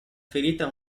ferita